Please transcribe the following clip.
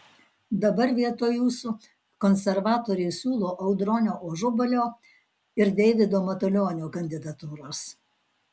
dabar vietoj jūsų konservatoriai siūlo audronio ažubalio ir deivido matulionio kandidatūras